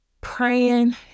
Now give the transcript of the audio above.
praying